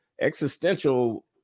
existential